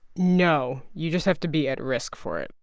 no. you just have to be at risk for it.